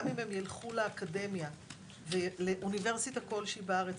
גם אם הם ילכו לאוניברסיטה כלשהי בארץ